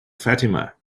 fatima